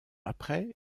après